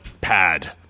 pad